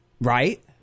Right